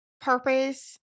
purpose